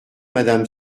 madame